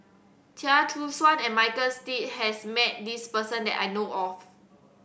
Chia Choo Suan and Michael has met this person that I know of